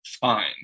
fine